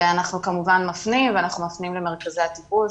אנחנו כמובן מפנים ואנחנו מפנים למרכזי הטיפול,